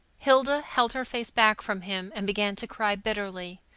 hilda held her face back from him and began to cry bitterly.